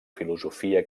filosofia